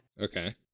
Okay